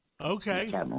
Okay